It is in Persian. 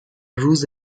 روز